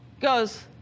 goes